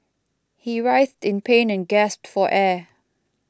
he writhed in pain and gasped for air